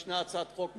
ישנה הצעת חוק ממשלתית,